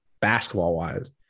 basketball-wise